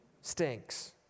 stinks